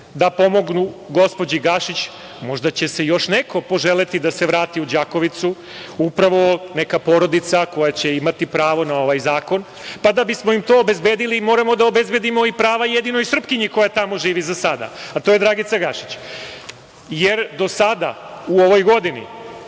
da pomognu gospođi Gašić. Možda će još neko poželeti da se vrati u Đakovicu, upravo neka porodica koja će imati pravo na ovaj zakon, pa da bismo im to obezbedili moramo da obezbedimo i prava jedinoj Srpkinji koja tamo živi za sada, a to je Dragica Gašić, jer do sada u ovoj godini